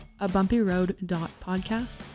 abumpyroad.podcast